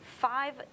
Five